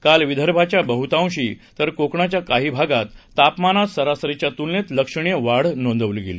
काल विदर्भाच्या बह्तांशी तर कोकणाच्या काही भागात तापमानात सरसरीच्या तुलनेत लक्षणीय वाढ नोंदवली गेली